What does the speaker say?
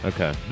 Okay